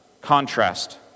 contrast